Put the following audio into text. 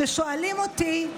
ששואלים אותי: